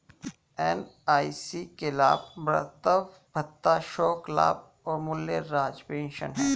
NIC के लाभ मातृत्व भत्ता, शोक लाभ और मूल राज्य पेंशन हैं